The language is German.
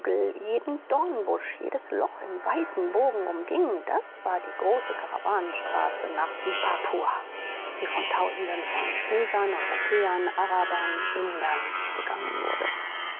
jeden dornbusch jedes loch im weiten bogen umging das war die große karawanenstraße nach mpapua die von tausenden von negern europäern arabern indern begangen wurde